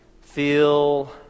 feel